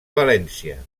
valència